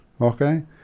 Okay